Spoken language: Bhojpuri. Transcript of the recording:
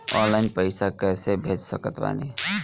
ऑनलाइन पैसा कैसे भेज सकत बानी?